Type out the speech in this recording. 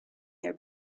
their